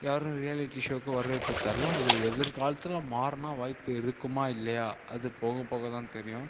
யாரும் ரியாலிட்டி ஷோவுக்கு வரவேற்பு தரலை அது எதிர்காலத்தில் மாறினா வாய்ப்பு இருக்குமா இல்லையா அது போக போக தான் தெரியும்